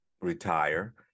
retire